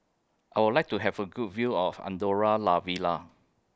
I Would like to Have A Good View of Andorra La Vella